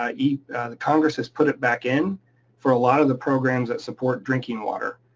ah congress has put it back in for a lot of the programmes that support drinking water.